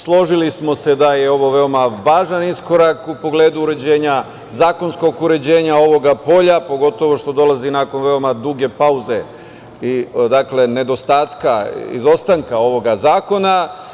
Složili smo se da je ovo veoma važan iskorak u pogledu uređenja, zakonskog uređenja ovog polja, pogotovo što dolazi nakon veoma duge pauze i nedostatka, izostanka ovog zakona.